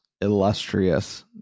illustrious